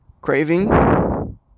craving